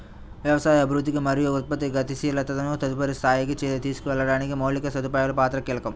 వ్యవసాయ అభివృద్ధికి మరియు ఉత్పత్తి గతిశీలతను తదుపరి స్థాయికి తీసుకెళ్లడానికి మౌలిక సదుపాయాల పాత్ర కీలకం